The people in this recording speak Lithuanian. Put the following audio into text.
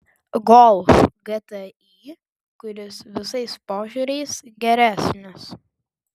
golf gti kuris visais požiūriais geresnis